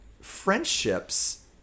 friendships